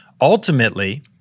Ultimately